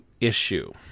issue